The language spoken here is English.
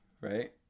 right